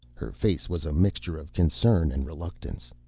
her face was a mixture of concern and reluctance.